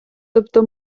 тобто